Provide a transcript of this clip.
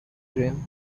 dream